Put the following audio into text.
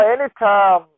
anytime